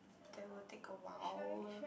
that will take a while